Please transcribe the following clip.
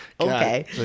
okay